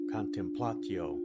contemplatio